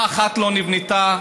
ולמה אני מבקש ועדת חקירה?